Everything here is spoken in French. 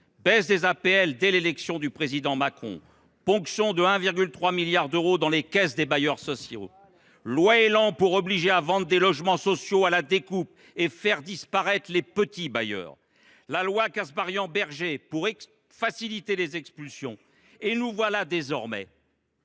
baisse des APL dès l’élection du président Macron ; ponction de 1,3 milliard d’euros dans les caisses des bailleurs sociaux ; loi Élan pour obliger à vendre des logements sociaux à la découpe et faire disparaître les petits bailleurs ; loi Kasbarian Bergé pour faciliter les expulsions ; et vous voilà désormais